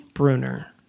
Bruner